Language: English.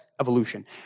evolution